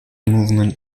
movement